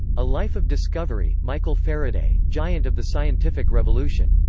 a life of discovery michael faraday, giant of the scientific revolution.